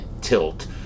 tilt